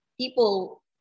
people